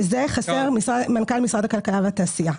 לזה חסר מנכ"ל משרד הכלכלה והתעשייה.